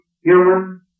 human